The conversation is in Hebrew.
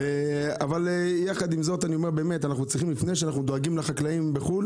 אבל לפני שאנחנו דואגים לחקלאים בחו"ל